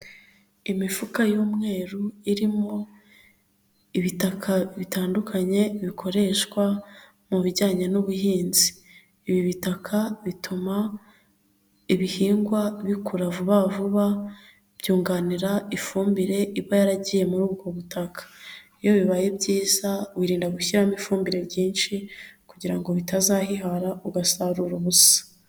Imifuka y'umweru irimo ibitaka bitandukanye bikoreshwa mu bijyanye n'ubuhinzi, ibi bitaka bituma ibihingwa bikura vuba vuba, byunganira ifumbire iba yaragiye muri ubwo butaka, iyo bibaye byiza wirinda gushyiramo ifumbire ryinshi kugira ngo bitazahihara ugasarura ubusa.